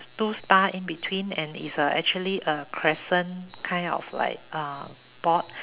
two star in between and it's uh actually a crescent kind of like uh board